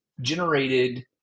generated